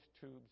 tubes